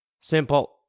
Simple